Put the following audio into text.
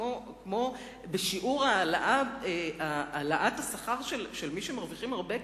במקום כושר ההשתכרות של החזקים ממילא,